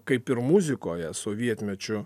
kaip ir muzikoj sovietmečiu